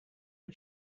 did